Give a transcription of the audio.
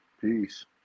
Peace